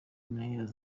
minnaert